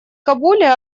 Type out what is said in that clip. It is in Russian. кабуле